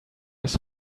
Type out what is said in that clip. his